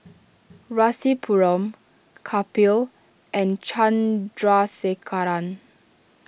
Rasipuram Kapil and Chandrasekaran